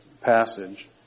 passage